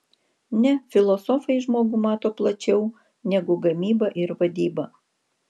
ne filosofai žmogų mato plačiau negu gamyba ir vadyba